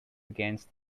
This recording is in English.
against